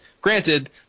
Granted